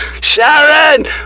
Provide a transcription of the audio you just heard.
Sharon